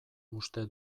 uste